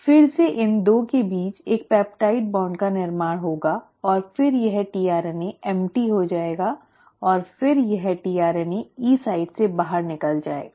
फिर से इन 2 के बीच एक पेप्टाइड बॉन्ड का निर्माण होगा और फिर यह tRNA खाली हो जाएगा और फिर यह tRNA E साइट से बाहर निकल जाएगा